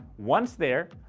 once there,